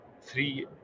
three